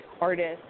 artists